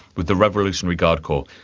with the revolutionary guard corps.